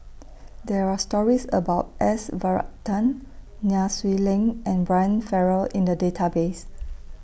There Are stories about S Varathan Nai Swee Leng and Brian Farrell in The Database